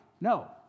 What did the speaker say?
No